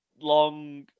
long